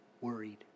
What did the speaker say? worried